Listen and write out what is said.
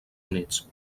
units